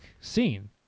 scene